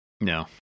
No